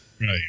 Right